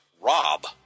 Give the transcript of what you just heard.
Rob